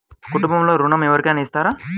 కుటుంబంలో ఋణం ఎవరికైనా ఇస్తారా?